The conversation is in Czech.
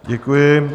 Děkuji.